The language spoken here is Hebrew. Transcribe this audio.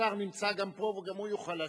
השר נמצא פה, וגם הוא יוכל להשיב.